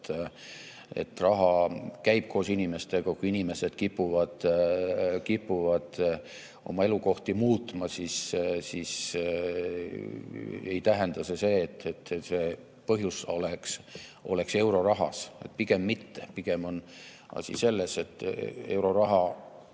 Raha käib koos inimestega. Kui inimesed kipuvad oma elukohta muutma, siis ei tähenda see seda, et põhjus on eurorahas. Pigem mitte. Pigem on asi selles, et euroraha